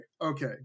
okay